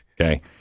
Okay